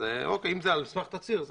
אם זה על סמך תצהיר,